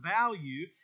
value